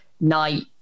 night